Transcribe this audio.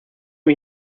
sie